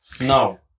No